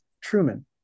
truman